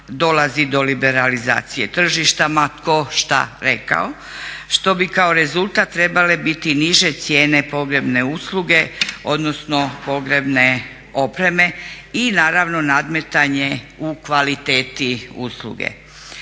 dolazi do liberalizacije tržišta ma tko šta rekao, što bi kao rezultat trebale biti niže cijene pogrebne usluge odnosno pogrebne opreme i naravno nadmetanje u kvaliteti usluge.